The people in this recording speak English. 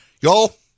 Y'all